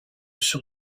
sur